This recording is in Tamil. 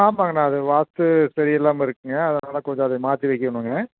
ஆமாங்க நான் அது வாஸ்த்து சரியில்லாமல் இருக்குங்க அதனால் கொஞ்சம் அதை மாற்றி வைக்கனும்ங்க